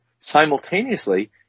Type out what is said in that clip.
simultaneously